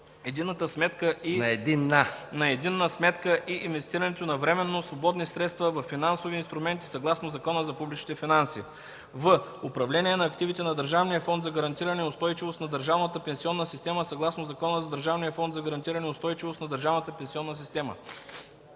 единна сметка и инвестирането на временно свободни средства във финансови инструменти съгласно Закона за публичните финанси; в) управление на активите на Държавния фонд за гарантиране устойчивост на държавната пенсионна система съгласно Закона за Държавния фонд за гарантиране устойчивост на държавната пенсионна система;